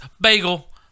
bagel